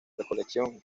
recolección